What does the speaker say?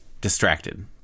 Distracted